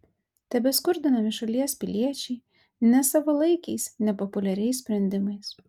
tebeskurdinami šalies piliečiai nesavalaikiais nepopuliariais sprendimais